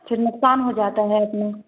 फिर नुकसान हो जाता है अपना